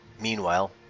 Meanwhile